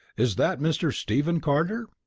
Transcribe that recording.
is that mr. stephen carter?